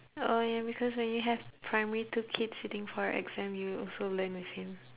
oh ya because when you have primary two kid sitting for a exam you also learn with him